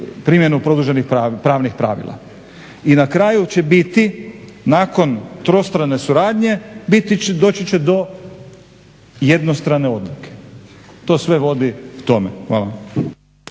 primjenu produženih pravnih pravila. I na kraju će biti, nakon trostrane suradnje, bit će, doći će do jednostrane odluke. To sve vodi k tome. Hvala